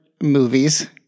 movies